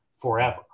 forever